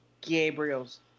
Gabriel's